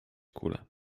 kule